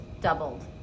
doubled